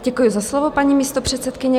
Děkuji za slovo, paní místopředsedkyně.